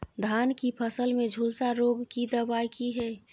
धान की फसल में झुलसा रोग की दबाय की हय?